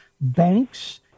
banks